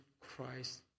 Christ